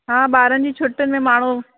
हा ॿारनि जी छुटियुनि में माण्हू